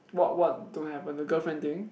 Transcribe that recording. what what don't happen the girlfriend thing